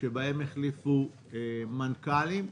שבהם החליפו מנכ"לים.